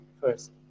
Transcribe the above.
first